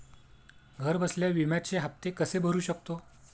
घरबसल्या विम्याचे हफ्ते कसे भरू शकतो?